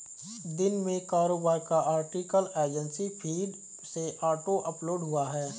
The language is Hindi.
दिन में कारोबार का आर्टिकल एजेंसी फीड से ऑटो अपलोड हुआ है